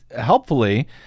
helpfully